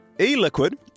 E-liquid